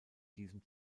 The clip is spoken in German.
diesem